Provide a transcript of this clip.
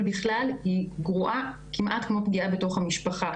בכלל היא גרועה כמעט כמו פגיעה בתוך המשפחה